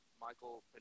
Michael